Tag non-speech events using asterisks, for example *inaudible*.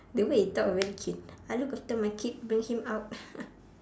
the way you talk very cute I look after my kid bring him out *laughs*